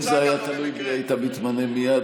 אם זה היה תלוי בי היית מתמנה מייד,